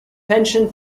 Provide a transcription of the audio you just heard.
pension